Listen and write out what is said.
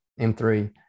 M3